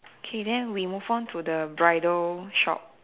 K then we move on to the bridal shop